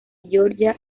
georgia